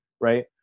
Right